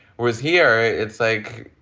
whereas here it's like,